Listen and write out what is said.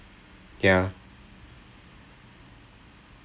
this is the third time this has happen it's a repeated injury